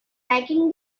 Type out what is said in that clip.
liking